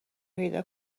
پیدا